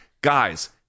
Guys